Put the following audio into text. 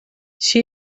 she